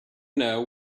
know